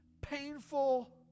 painful